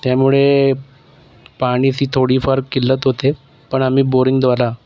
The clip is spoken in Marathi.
त्यामुळे पाणीची थोडीफार किल्लत होते पण आम्ही बोरिंगद्वारा